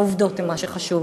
העובדות הן מה שחשוב: